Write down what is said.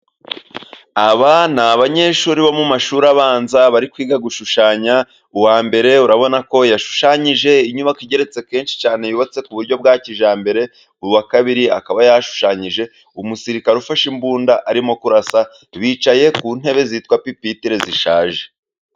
Aba ni abanyeshuri bo mu mashuri abanza bari kwiga gushushanya, uwa mbere urabona ko yashushanyije inyubako igeretse kenshi cyane yubatse ku buryo bwa kijyambere. Uwa kabiri akaba yashushanyije umusirikare ufashe imbunda arimo kurasa, bicaye ku ntebe zitwa pipitire zishaje.